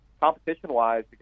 competition-wise